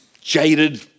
jaded